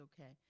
okay